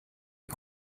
die